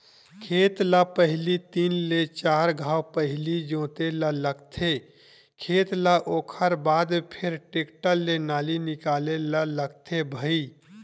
खेत ल पहिली तीन ले चार घांव पहिली जोते ल लगथे खेत ल ओखर बाद फेर टेक्टर ले नाली निकाले ल लगथे भई